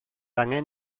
angen